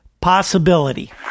possibility